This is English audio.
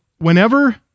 Whenever